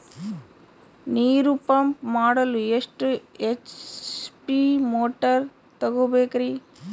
ನೀರು ಪಂಪ್ ಮಾಡಲು ಎಷ್ಟು ಎಚ್.ಪಿ ಮೋಟಾರ್ ತಗೊಬೇಕ್ರಿ?